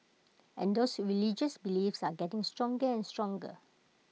and those religious beliefs are getting stronger and stronger